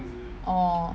orh